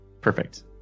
Perfect